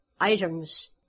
items